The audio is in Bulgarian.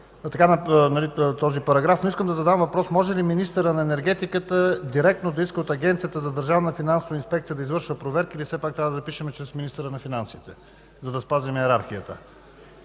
така предложения параграф, но искам да задам въпрос може ли министърът на енергетиката директно да иска от Агенцията за държавна финансова инспекция да извършва проверки или все пак трябва да запишем „чрез министъра на финансите”, за да спазим йерархията?